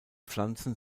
pflanzen